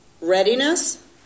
readiness